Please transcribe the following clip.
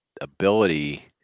ability